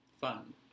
Fun